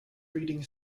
breeding